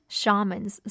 shamans